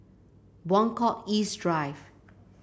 Buangkok East Drive